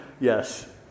Yes